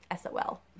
SOL